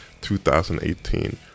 2018